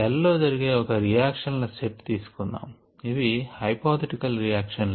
cell లో జరిగే ఒక రియాక్షన్ ల సెట్ తీసుకుందాము ఇవి హైపోథెటికల్ రియాక్షన్ లే